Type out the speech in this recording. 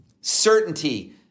Certainty